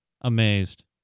amazed